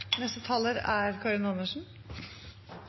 Neste taler er